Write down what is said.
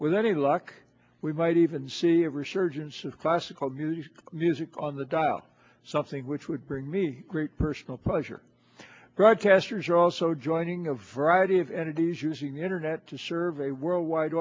with any luck we might even see a resurgence of classical music music on the dial something which would bring me great personal pleasure broadcasters are also joining a variety of entities using the internet to serve a worldwide